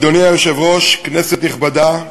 אדוני היושב-ראש, כנסת נכבדה,